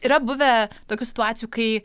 yra buvę tokių situacijų kai